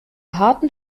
harten